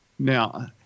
Now